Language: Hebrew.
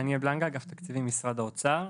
דניאל בלנגה, אגף תקציבים, משרד האוצר.